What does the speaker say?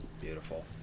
Beautiful